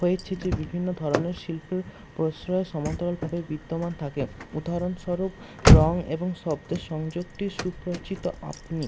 হয়েছে যে বিভিন্ন ধরনের শিল্প প্রশ্রয় সমান্তরালভাবে বিদ্যমান থাকে উদাহরণস্বরূপ রঙ এবং শব্দের সংযুক্তির আপনি